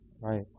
right